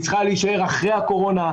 היא צריכה להישאר אחרי הקורונה,